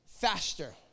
faster